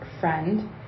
friend